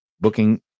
booking